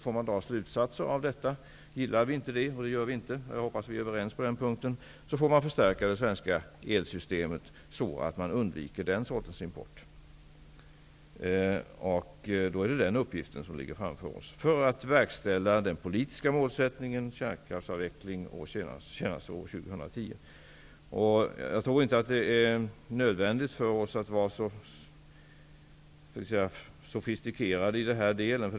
Om man inte gillar detta, vilket vi inte gör, -- jag hoppas att vi är överens på den punkten -- måste det svenska elsystemet förstärkas så, att den sortens import kan undvikas. Då är det den uppgiften som ligger framför oss för att verkställa den politiska målsättningen, dvs. kärnkraftsavveckling senast år 2010. Jag tror inte att det är nödvändigt för oss att vara så sofistikerade i den här delen.